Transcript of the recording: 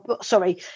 sorry